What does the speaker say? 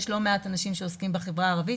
יש לא מעט אנשים שעוסקים בחברה הערבית.